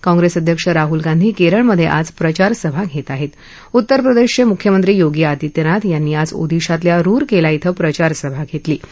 काँग्रअध्यक्ष राहुल गांधी करळिमधआज प्रचारसभा घतिआहत्ति उत्तरप्रदर्शक्रमुख्यमंत्री योगी आदित्यनाथ यांनी आज ओदिशातल्या रुरकला क्वे प्रचारसभा घक्मी